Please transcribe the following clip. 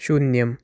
शून्यम्